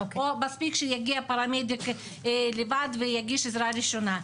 או מספיק שיגיע פרמדיק לבד ויגיש עזרה ראשונה.